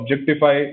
Objectify